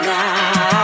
now